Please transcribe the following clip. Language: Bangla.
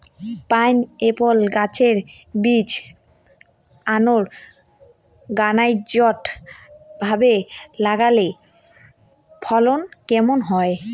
পাইনএপ্পল গাছের বীজ আনোরগানাইজ্ড ভাবে লাগালে ফলন কম হয়